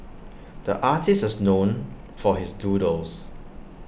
the artists is known for his doodles